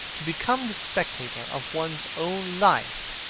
to become the spectator of one's own life,